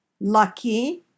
Lucky